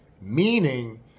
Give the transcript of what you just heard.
Meaning